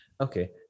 Okay